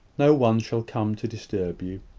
no one shall come to disturb you.